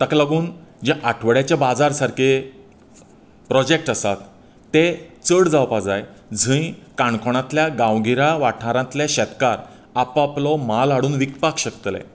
ताका लागून जे आठवड्याचे बाजार सारके प्रोजेक्ट आसा तें चड जावपाक जाय जंय काणकोणांतल्या गांवगिऱ्या वाठारांतलें शेतकार आपआपलो म्हाल हाडून विकपाक शकतलें